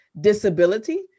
disability